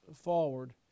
forward